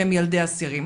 שהם ילדי אסירים,